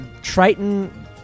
Triton